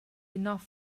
enough